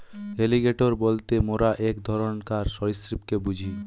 alligator বলতে মোরা এক ধরণকার সরীসৃপকে বুঝি